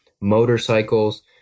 motorcycles